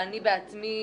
ואני עצמי